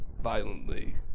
violently